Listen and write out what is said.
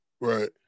Right